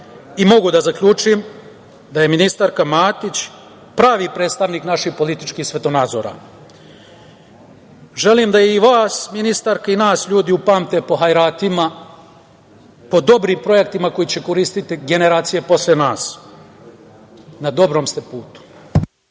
i mogu da zaključim da je ministarka Matić pravi predstavnik naših političkih svetonadzora. Želim da i vas, ministarka, i nas ljudi upamte po hajratima, po dobrim projektima koje će koristiti generacije posle nas. Na dobrom ste putu.